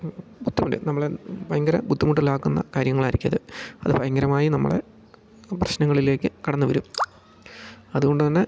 ബുദ്ധിമുട്ട് നമ്മളെ ഭയങ്കര ബുദ്ധിമുട്ടിലാക്കുന്ന കാര്യങ്ങളായിരിക്കും ഇത് അത് ഭയങ്കരമായി നമ്മളെ പ്രശ്നങ്ങളിലേക്ക് കടന്ന് വരും അതുകൊണ്ട് തന്നെ